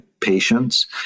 patients